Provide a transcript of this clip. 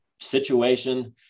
situation